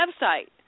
website